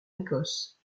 écosse